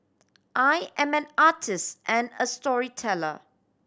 I am an artist and a storyteller